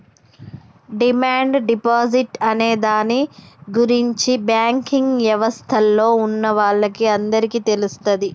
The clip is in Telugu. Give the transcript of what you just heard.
డిమాండ్ డిపాజిట్ అనే దాని గురించి బ్యాంకింగ్ యవస్థలో ఉన్నవాళ్ళకి అందరికీ తెలుస్తది